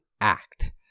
act